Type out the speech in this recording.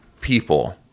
people